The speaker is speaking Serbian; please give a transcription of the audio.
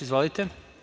Izvolite.